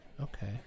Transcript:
Okay